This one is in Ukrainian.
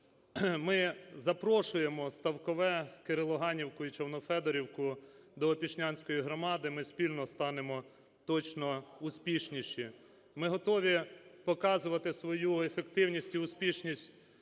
Ми запрошуємо Ставкове, Кирило-Ганнівку і Човно-Федорівку до Опішнянської громади, ми спільно станемо точно успішніші. Ми готові показувати свою ефективність і успішність